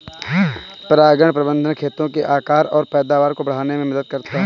परागण प्रबंधन खेतों के आकार और पैदावार को बढ़ाने में मदद करता है